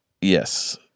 yes